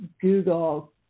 Google